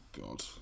god